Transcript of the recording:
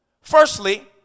firstly